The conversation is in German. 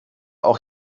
auch